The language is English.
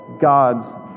gods